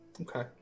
Okay